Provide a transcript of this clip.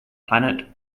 planet